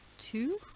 Two